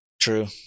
True